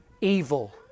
evil